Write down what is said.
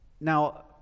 Now